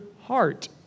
heart